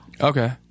Okay